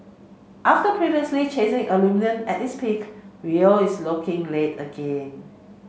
after previously chasing aluminium at its peak Rio is looking late again